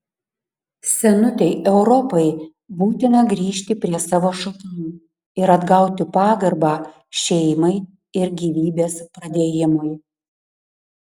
senutei europai būtina grįžti prie savo šaknų ir atgauti pagarbą šeimai ir gyvybės pradėjimui